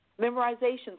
Memorization